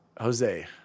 jose